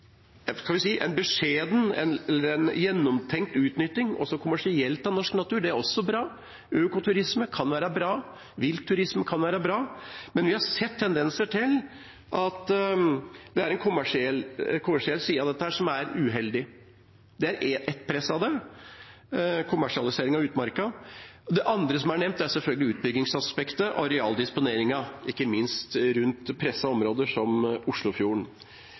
kan være bra, men vi har sett tendenser til at det er en kommersiell side av dette som er uheldig. Dette er det ene presset, kommersialisering av utmarka. Det andre som er nevnt, er selvfølgelig utbyggingsaspektet og arealdisponeringen, ikke minst rundt pressede områder som Oslofjorden.